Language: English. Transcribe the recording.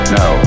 no